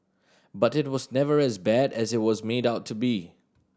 but it was never as bad as it was made out to be